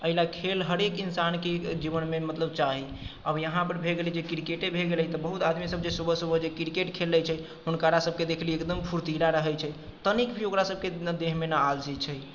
एहिले खेल हरेक इन्सानके जीवनमे मतलब चाही अब यहाँपर भऽ गेलै जे क्रिकेटे भए गेलै तऽ बहुत आदमीसभ जे सुबह सुबह जे क्रिकेट खेलैत छै हुनकरासभके देखलियै एकदम फुर्तीला रहैत छै तनिक भी ओकरा सभके देहमे न आलसी छै